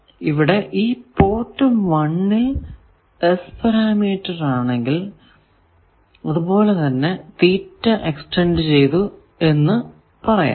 ഇവിടെ ഈ പോർട്ട് 1 ൽ S പാരാമീറ്റർ ആണെങ്കിൽ അതുപോലെ തന്നെ തീറ്റ എക്സ്റ്റന്റ് ചെയ്തു എന്ന് പറയാം